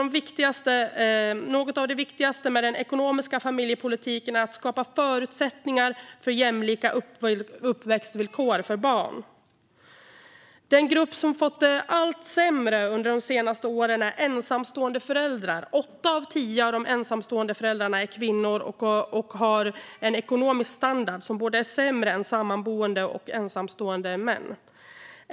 Något av det viktigaste med den ekonomiska familjepolitiken är att skapa förutsättningar för jämlika uppväxtvillkor för alla barn. Den grupp som fått det allt sämre under de senaste åren är ensamstående föräldrar. Åtta av tio av de ensamstående föräldrarna är kvinnor och har en ekonomisk standard som är sämre än för sammanboende och ensamstående män.